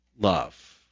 love